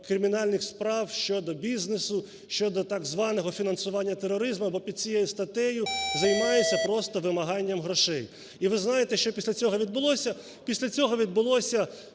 кримінальних справ щодо бізнесу, щодо так званого фінансування тероризму, бо під цією статтею займаються просто вимаганням грошей. І ви знаєте, що після цього відбулося? Після цього відбулося